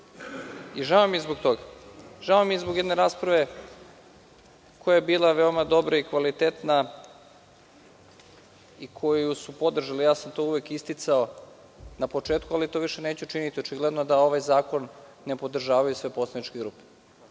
Žao mi je zbog toga. Žao mi je zbog jedne rasprave koja je bila veoma dobra i kvalitetna i koju su podržali, ja sam to uvek isticao na početku ali to više neću činiti, očigledno da ovaj zakon ne podržavaju sve poslaničke grupe